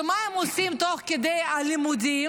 ומה הם עושים תוך כדי הלימודים?